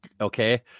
okay